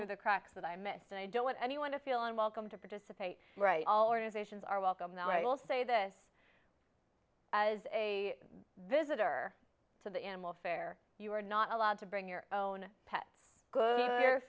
are the cracks that i missed and i don't want anyone to feel unwelcome to participate right all organizations are welcome that i will say this as a visitor to the animal fair you are not allowed to bring your own pets good